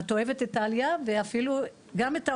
את אוהבת את העלייה ואפילו גם את העולים.